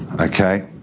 Okay